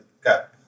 Got